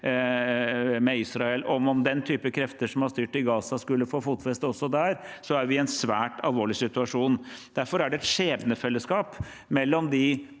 med Israel. Om den typen krefter som har styrt i Gaza, skulle få fotfeste også der, er vi i en svært alvorlig situasjon. Derfor er det et skjebnefellesskap mellom de